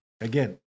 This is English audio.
Again